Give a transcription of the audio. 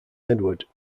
edward